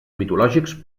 mitològics